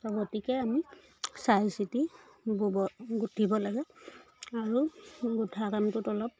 গতিকে আমি চাই চিতি গুঁব গুঁঠিব লাগে আৰু গোঁঠা কামটোত অলপ